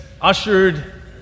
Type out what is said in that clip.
ushered